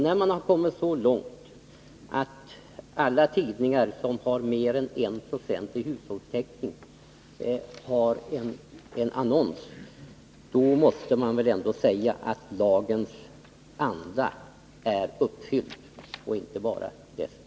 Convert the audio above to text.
När man har kommit så långt att alla tidningar som har mer än 196 hushållstäckning har en annons om kommunala sammanträden, måste man väl ändå säga att lagens anda och inte bara dess bokstav har följts.